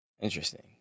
Interesting